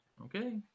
Okay